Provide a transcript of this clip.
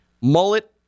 Mullet